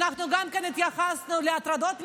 אנחנו גם התייחסנו להטרדות מיניות.